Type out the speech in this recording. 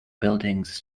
buildings